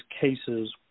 cases